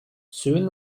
soon